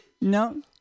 No